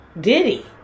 Diddy